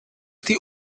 die